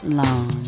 long